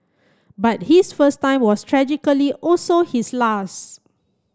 but his first time was tragically also his last